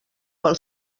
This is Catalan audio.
pel